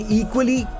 equally